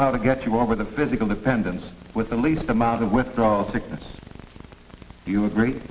how to get you over the physical dependence with the least amount of withdrawal to do you agree